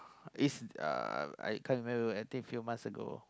is uh I can't remember I think few months ago